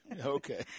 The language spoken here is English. Okay